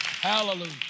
Hallelujah